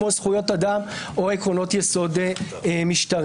כמו זכויות אדם או עקרונות יסוד משטרי.